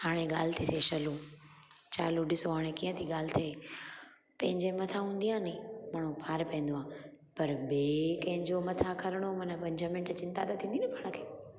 हाणे ॻाल्हि थी थिए चालू चालू हाणे ॾिसो कीअं थी ॻाल्हि थिए पंहिंजे मथां हूंदी आहे नी माण्हू फार पवंदो आहे पर ॿिए कंहिंजे मथां करिणो माना पंज मिन्ट चिंता त थींदी न पाण खे